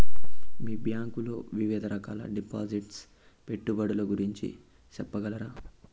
మీ bank లో వివిధ రకాల డిపాసిట్స్, పెట్టుబడుల గురించి సెప్పగలరా?